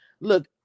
Look